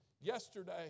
yesterday